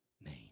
name